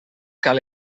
cal